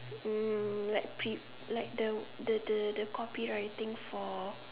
um like pre like the the the the copywriting for